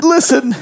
Listen